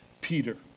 Peter